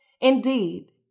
Indeed